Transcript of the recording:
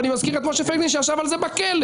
אני מזכיר את משה פייגלין שישב על זה בכלא.